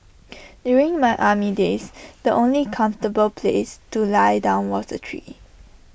during my army days the only comfortable place to lie down was A tree